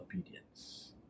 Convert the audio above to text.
obedience